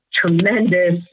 tremendous